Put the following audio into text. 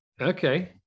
Okay